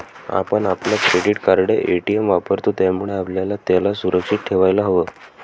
आपण आपलं credit card, ATM वापरतो, त्यामुळे आपल्याला त्याला सुरक्षित ठेवायला हव